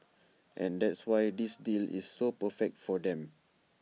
and that's why this deal is so perfect for them